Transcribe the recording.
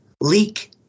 leak